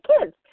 kids